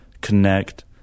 connect